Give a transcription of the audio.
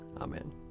Amen